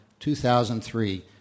2003